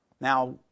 Now